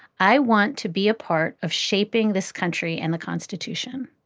i want to be a part of shaping this country and the constitution.